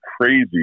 crazy